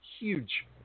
Huge